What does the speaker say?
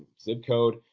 zip code.